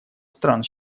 стран